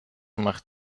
macht